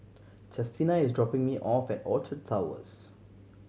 Chestina is dropping me off at Orchard Towers